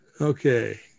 okay